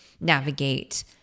navigate